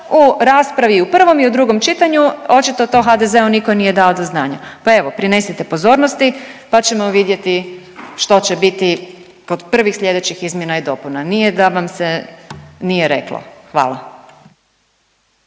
u raspravi i u prvom i u drugom čitanju očito to HDZ-u niko nije dao do znanja, pa evo prinesite pozornosti, pa ćemo vidjeti što će biti kod prvih slijedećih izmjena i dopuna, nije da vam se nije reklo. Hvala.